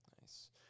Nice